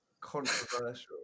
Controversial